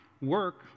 work